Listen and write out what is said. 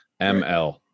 ML